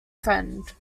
friend